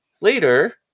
later